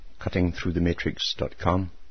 CuttingThroughTheMatrix.com